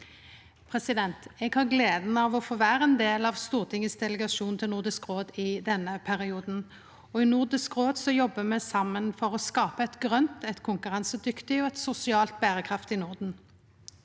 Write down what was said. verda. Eg har gleda av å få vere ein del av Stortingets delegasjon til Nordisk råd i denne perioden, og i Nordisk råd jobbar me saman for å skape eit grønt, konkurransedyktig og sosialt berekraftig Norden.